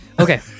Okay